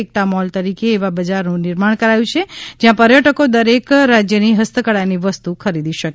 એકતા mall તરીકે એવા બજારનું નિર્માણ કરાયું છે ત્યાં પર્યટકો દરેક રાજ્ય ની ફસ્તકળા ની વસ્તુ ખરીદી શકે